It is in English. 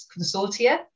consortia